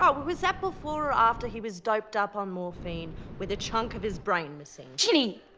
but but was that before or after he was doped up on morphine, with a chunk of his brain missing? ginny!